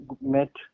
met